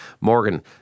Morgan